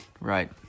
Right